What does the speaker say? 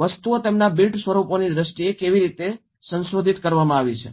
વસ્તુઓ તેમના બિલ્ટ સ્વરૂપોની દ્રષ્ટિએ કેવી રીતે સંશોધિત કરવામાં આવી છે